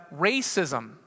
racism